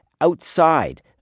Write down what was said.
outside